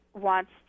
wants